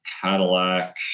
Cadillac